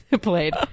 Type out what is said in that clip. played